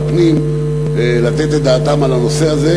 ומשרד הפנים לתת את דעתם על הנושא הזה,